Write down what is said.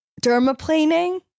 dermaplaning